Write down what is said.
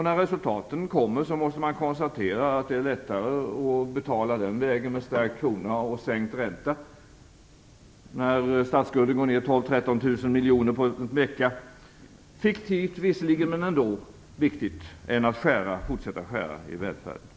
När resultaten kommer måste man konstatera att det är lättare att betala när kronan stärks och räntan sänks, när statsskulden går ned 12 000-13 000 miljoner på en vecka - visserligen fiktivt men ändå viktigt - än att fortsätta att skära i välfärden.